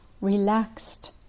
relaxed